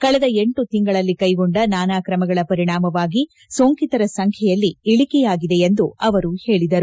ಕಳೆದ ಎಂಟು ತಿಂಗಳಲ್ಲಿ ಕೈಗೊಂಡ ನಾನಾ ಕ್ರಮಗಳ ಪರಿಣಾಮವಾಗಿ ಸೋಂಕಿತರ ಸಂಖ್ಯೆಯಲ್ಲಿ ಇಳಿಕೆಯಾಗಿದೆ ಎಂದು ಅವರು ಹೇಳಿದರು